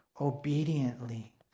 obediently